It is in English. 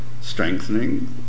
strengthening